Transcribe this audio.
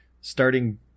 starting